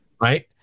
Right